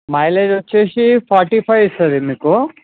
mileage వచ్చేసి forty five ఇస్తుంది మీకు